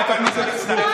הנשק, חברת הכנסת סטרוק,